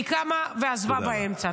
היא קמה ועזבה באמצע.